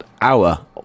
hour